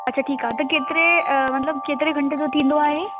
अच्छा ठीकु आहे त केतिरे मतिलबु केतिरे घंटे जो थींदो आहे